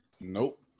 nope